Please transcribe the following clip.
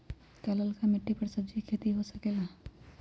का लालका मिट्टी कर सब्जी के भी खेती हो सकेला?